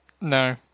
No